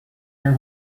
your